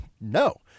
no